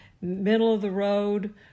middle-of-the-road